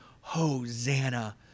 Hosanna